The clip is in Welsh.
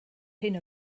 hyn